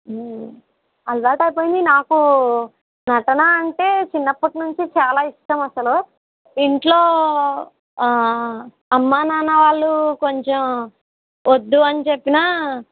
అలవాటు అయిపొయింది నాకు నటన అంటే చిన్నప్పటి నుంచి చాలా ఇష్టం అసలు ఇంట్లో అమ్మ నాన్న వాళ్ళు కొంచం వద్దు అని చెప్పినా